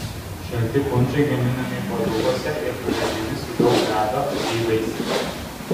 šalti punšai gaminami puodukuose ir patiekiami su daug ledo bei vaisiais